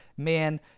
Man